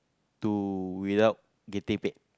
to without getting paid